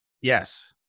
Yes